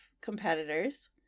competitors